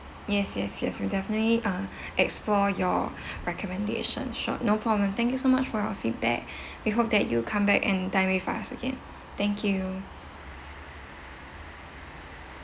yes yes yes we'll definitely uh explore your recommendation sure no problem thank you so much for your feedback we hope that you come back and dine with us again thank you